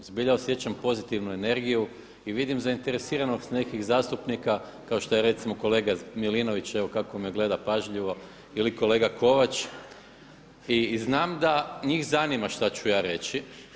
Zbilja osjećam pozitivnu energiju i vidim zainteresiranost nekih zastupnika kao što je recimo kolega Milinović, evo kako me gleda pažljivo ili kolega Kovač i znam da njih zanima šta ću ja reći.